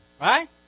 right